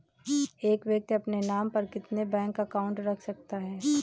एक व्यक्ति अपने नाम पर कितने बैंक अकाउंट रख सकता है?